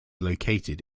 located